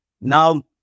now